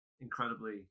incredibly